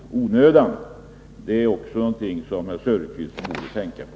Det är också någonting som herr Söderqvist borde tänka på.